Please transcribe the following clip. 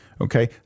Okay